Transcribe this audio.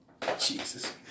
Jesus